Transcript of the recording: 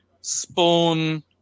spawn